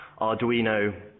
Arduino